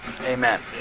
Amen